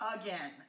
Again